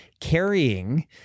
carrying